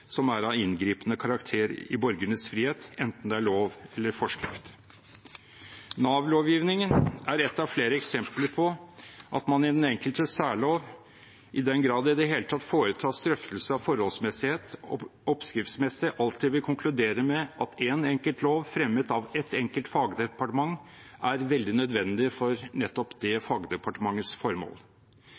som er av inngripende karakter i borgernes frihet, enten det er lov eller forskrift. Nav-lovgivningen er ett av flere eksempler på at man i den enkelte særlov, i den grad det i det hele tatt foretas drøftelser av forholdsmessighet, oppskriftsmessig alltid vil konkludere med at én enkelt lov, fremmet av ett enkelt fagdepartement, er veldig nødvendig for nettopp det fagdepartementets formål.